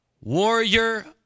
Warrior